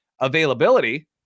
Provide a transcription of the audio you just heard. availability